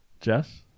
jess